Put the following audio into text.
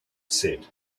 said